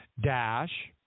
Dash